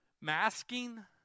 Masking